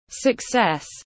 success